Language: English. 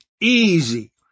easy